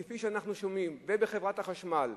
כפי שאנחנו שומעים גם בחברת החשמל,